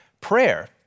prayer